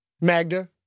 Magda